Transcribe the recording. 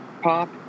Pop